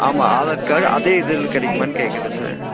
ஆமாம் ஆதார் கார்டு அதே இதில் கிடைக்குமான்னு கேட்குறேன் சார்